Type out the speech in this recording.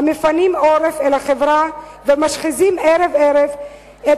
המפנים עורף לחברה ומשחיזים ערב-ערב את